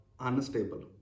Unstable